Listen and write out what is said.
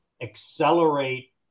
accelerate